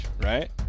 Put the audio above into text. right